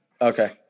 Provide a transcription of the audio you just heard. Okay